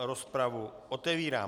Rozpravu otevírám.